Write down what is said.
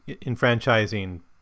enfranchising